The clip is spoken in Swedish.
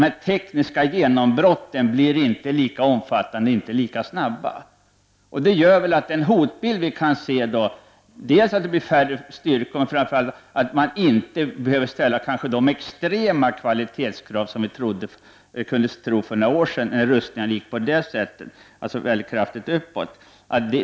De tekniska genombrotten blir inte så omfattande och snabba. Det sker alltså något mycket positivt med den hotbild som vi kan se. Dels får man mindre styrkor, dels behöver man kanske inte ställa de extrema kvalitetskrav som vi kunde tro för några år sedan när rustningarna gick kraftigt uppåt.